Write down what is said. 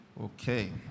Okay